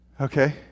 Okay